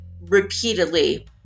repeatedly